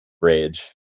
rage